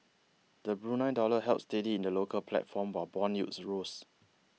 the Brunei dollar held steady in the local platform while bond yields rose